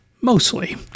mostly